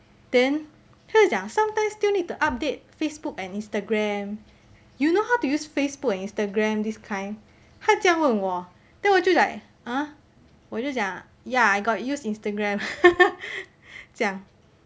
then 她就讲 sometimes still need to update facebook and instagram you know how to use facebook and instagram this kind 她这样问我 then 我就 like ah 我就讲 ya I got use instagram 这样